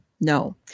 no